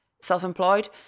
self-employed